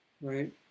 right